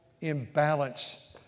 imbalance